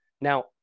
Now